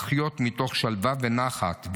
לחיות מתוך שלווה ונחת,